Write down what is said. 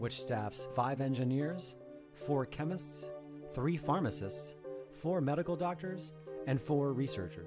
which taps five engineers for chemists three pharmacists for medical doctors and for research